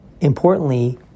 Importantly